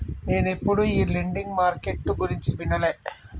నేనెప్పుడు ఈ lending market గురించి వినలే